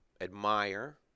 admire